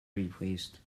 replaced